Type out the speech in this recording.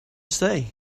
say